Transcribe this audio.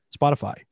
Spotify